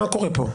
מה קורה פה?